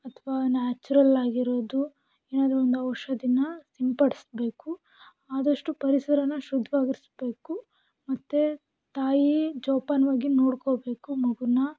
ಅಥವಾ ನ್ಯಾಚುರಲ್ ಆಗಿರೋದು ಏನಾದ್ರೂ ಒಂದು ಔಷಧಿನ ಸಿಂಪಡಿಸ್ಬೇಕು ಆದಷ್ಟು ಪರಿಸರನ ಶುದ್ದವಾಗಿರ್ಸ್ಬೇಕು ಮತ್ತು ತಾಯಿ ಜೋಪಾನವಾಗಿ ನೋಡ್ಕೋಬೇಕು ಮಗೂನ